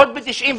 עוד ב-1993.